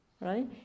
right